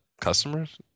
customers